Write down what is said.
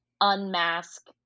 unmask